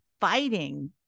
fighting